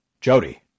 Jody